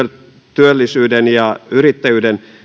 työllisyyden ja yrittäjyyden